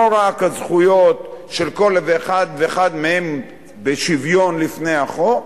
לא רק הזכויות של כל אחד ואחד מהם בשוויון לפני החוק,